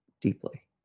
deeply